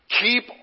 keep